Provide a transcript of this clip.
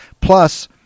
Plus